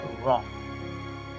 wrong